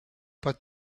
but